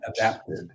adapted